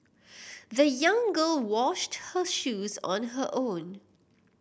the young girl washed her shoes on her own